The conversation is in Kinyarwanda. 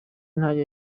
ntajya